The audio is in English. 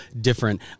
different